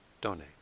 donate